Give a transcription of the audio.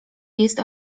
jest